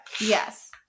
Yes